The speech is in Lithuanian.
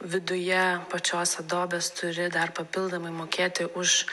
viduje pačios adobės turi dar papildomai mokėti už